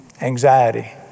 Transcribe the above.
Anxiety